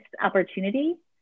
opportunity